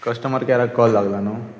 customer कॅराक call लागला न्हू